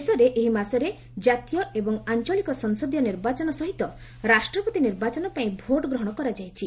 ଦେଶରେ ଏହି ମାସରେ କାତୀୟ ଏବଂ ଆଞ୍ଚଳିକ ସଂସଦୀୟ ନିର୍ବାଚନ ସହିତ ରାଷ୍ଟ୍ରପତି ନିର୍ବାଚନ ପାଇଁ ଭୋଟ୍ ଗ୍ରହଣ କରାଯାଇଛି